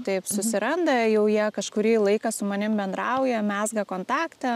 taip susiranda jau jie kažkurį laiką su manim bendrauja mezga kontaktą